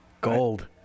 Gold